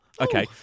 okay